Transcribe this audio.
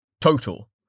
Total